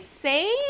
say